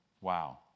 Wow